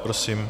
Prosím.